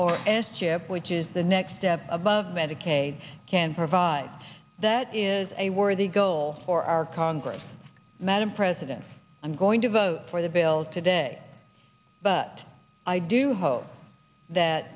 or s chip which is the next step above medicaid can provide that is a worthy goal for our congress madam president i'm going to vote for the bill today but i do hope that